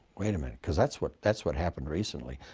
wait a minute. because that's what that's what happened recently.